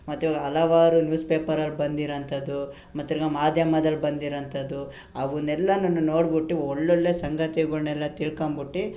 ಮತ್ತು ಇವಾಗ ಹಲವಾರು ನ್ಯೂಸ್ ಪೇಪರಲ್ಲಿ ಬಂದಿರುವಂಥದ್ದು ಮತ್ತು ತಿರ್ಗಿ ಮಾಧ್ಯಮದಲ್ಲಿ ಬಂದಿರುವಂಥದ್ದು ಅವನ್ನೆಲ್ಲವನ್ನು ನೋಡ್ಬುಟ್ಟು ಒಳ್ಳೊಳ್ಳೆಯ ಸಂಗತಿಗಳ್ನೆಲ್ಲ ತಿಳ್ಕಂಬಿಟ್ಟು